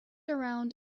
around